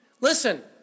Listen